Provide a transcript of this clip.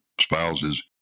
spouses